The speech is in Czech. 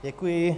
Děkuji.